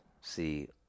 see